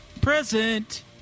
Present